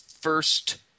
first